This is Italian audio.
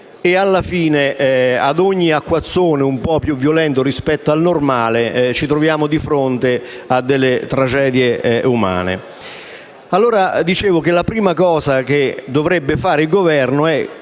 alla fine, ad ogni acquazzone un po' più violento rispetto al normale, ci troviamo di fronte a delle tragedie umane. Dicevo che la prima cosa che dovrebbe fare il Governo è